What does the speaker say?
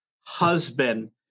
husband